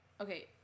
Okay